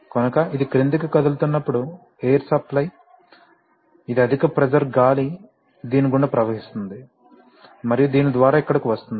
కనుక ఇది క్రిందికి కదులుతున్నప్పుడు ఎయిర్ సప్లై ఇది అధిక ప్రెషర్ గాలి దీని గుండా ప్రవహిస్తుంది మరియు దీని ద్వారా ఇక్కడకు వస్తుంది